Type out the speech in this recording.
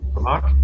mark